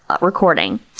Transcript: recording